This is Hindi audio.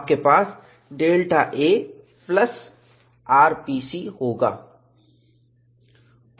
आपके पास Δ a प्लस rpc होगा